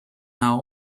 now